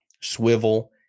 Swivel